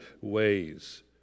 ways